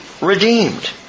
redeemed